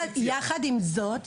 עם זאת,